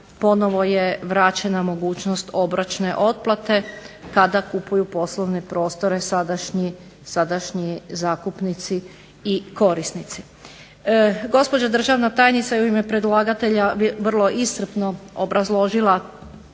ponovno je vraćena mogućnost obročne otplate kada kupuju poslovne prostore sadašnji zakupnici i korisnici. Gospođa državna tajnica je u ime predlagatelja vrlo iscrpno obrazložila